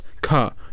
cut